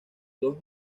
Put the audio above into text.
dos